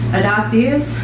adoptees